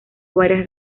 varias